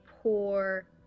poor